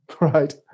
right